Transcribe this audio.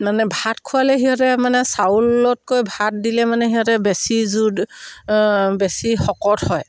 মানে ভাত খোৱালে সিহঁতে মানে চাউলতকৈ ভাত দিলে মানে সিহঁতে বেছি জো বেছি শকত হয়